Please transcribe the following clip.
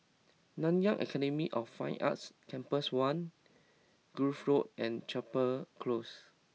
Nanyang Academy of Fine Arts Campus One Grove Road and Chapel Close